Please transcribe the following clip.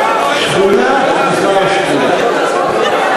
שכונה אחר שכונה,